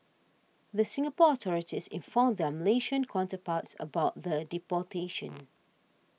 the Singapore authorities informed their Malaysian counterparts about the deportation